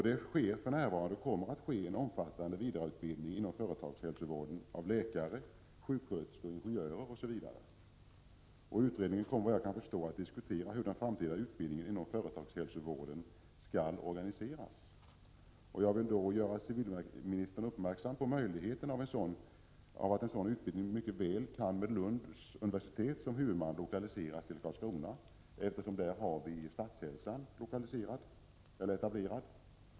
Det sker för närvarande och kommer att ske en omfattande vidareutbildning inom företagshälsovården och av läkare, sjuksköterskor, ingenjörer osv. Utredningen kommer, såvitt jag kan förstå, att diskutera hur den framtida utbildningen inom företagshälsovården skall organiseras. Jag vill göra civilministern uppmärksam på möjligheten av att en sådan utbildning mycket väl kan med Lunds universitet som huvudman lokaliseras till Karlskrona, eftersom vi där har Statshälsan etablerad.